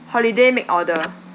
holiday make order